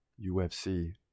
UFC